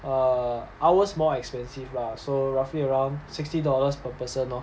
err ours more expensive lah so roughly around sixty dollars per person lor